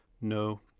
No